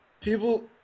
people